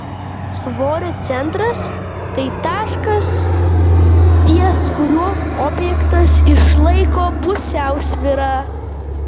svorio centras tai taškas ties kuriuo objektas išlaiko pusiausvyrą